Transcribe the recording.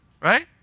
right